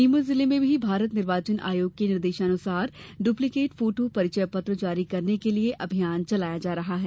नीमच जिले में भी भारत निर्वाचन आयोग के निर्देशानुसार डुप्लीकेट फोटो परिचय पत्र जारी करने के लिये विशेष अभियान चलाया जा रहा है